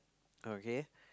okay